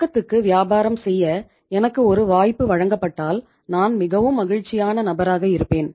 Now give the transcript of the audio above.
ரொக்கத்துக்கு வியாபாரம் செய்ய எனக்கு ஒரு வாய்ப்பு வழங்கப்பட்டால் நான் மிகவும் மகிழ்ச்சியான நபராக இருப்பேன்